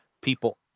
people